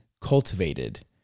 cultivated